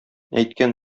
әйткән